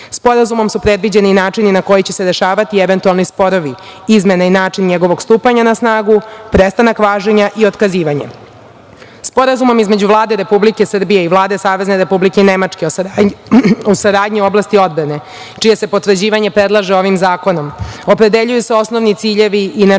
zaštiti. Sporazumom su predviđeni načini na koji će se rešavati eventualni sporovi, izmene i način njegovog stupanja na snagu, prestanak važenja i otkazivanja. Sporazumom između Vlade Republike Srbije i Vlade Savezne Republike Nemačke o saradnji u oblasti odbrane čije se potvrđivanje predlaže ovim zakonom, opredeljuju se osnovni ciljevi i načela